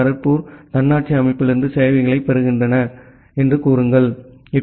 D Kharagpur தன்னாட்சி அமைப்பிலிருந்து சேவைகளைப் பெறுகிறார்கள் என்று கூறுகிறார்கள்